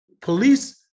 police